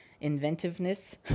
inventiveness